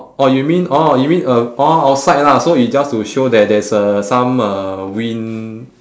orh you mean orh you mean uh orh outside lah so it's just to show that there's uh some uh wind